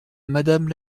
madame